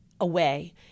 away